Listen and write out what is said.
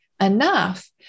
enough